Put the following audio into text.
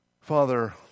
Father